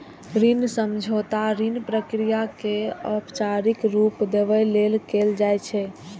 ऋण समझौता ऋण प्रक्रिया कें औपचारिक रूप देबय लेल कैल जाइ छै